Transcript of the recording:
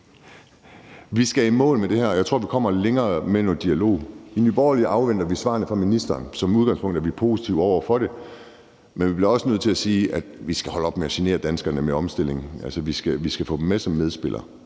Vi skal i mål med det her, og jeg tror, at vi kommer længere med noget dialog. I Nye Borgerlige afventer vi svarene fra ministeren. Som udgangspunkt er vi positive over for det, men vi bliver også nødt til at sige, at vi skal holde op med at genere danskerne med omstillingen. Vi skal få dem med som medspillere,